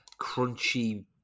crunchy